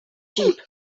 sheep